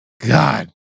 God